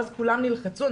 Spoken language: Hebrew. ואז כולם נלחצו,